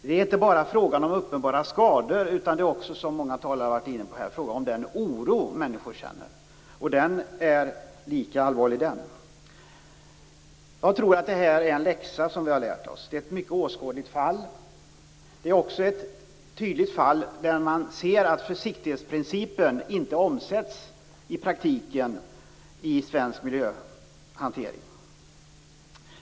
Det är inte bara fråga om uppenbara skador utan det är också, som många talare här har varit inne på, fråga om den oro som människor känner. Den är lika allvarlig den. Jag tror att vi har lärt oss en läxa. Det är ett mycket åskådligt fall. Det är också ett fall där man tydligt ser att försiktigthetsprincipen inte omsätts i praktiken i svensk miljöhantering.